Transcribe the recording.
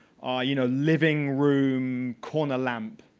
you know living room, corner lamp,